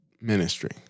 Ministry